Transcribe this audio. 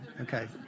Okay